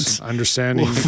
Understanding